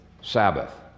Sabbath